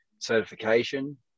certification